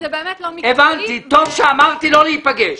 טוב שאמרתי לא להיפגש.